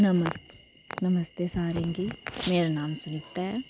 नमस्ते सारे गी मेरा नाम सुनीता ऐ